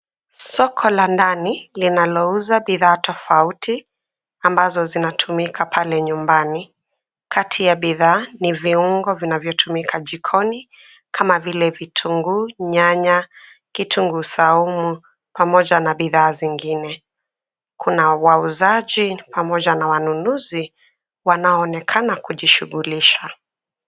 Soko la ndani linalouza bidhaa tofauti ambazo zinatumika pale nyumbani. Kati ya bidhaa ni viungo vinavyotumika jikoni kama vile vitunguu, nyanya, kitunguu saumu pamoja na bidhaa zingine. Kuna wauzaji pamoja na wanunuzi wanaonekana kujishughulisha.